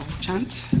Chant